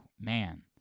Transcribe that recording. Man